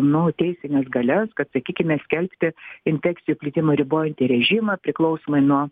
nu teisines galias kad sakykime skelbti infekcijų plitimą ribojantį režimą priklausomai nuo